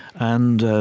and,